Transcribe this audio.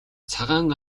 цагаан